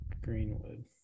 greenwood